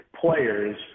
players